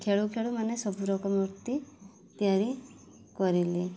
ଖେଳୁ ଖେଳୁ ମାନେ ସବୁରକମ ମୂର୍ତ୍ତି ତିଆରି କରିଲି